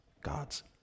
gods